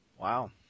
Wow